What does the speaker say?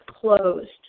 closed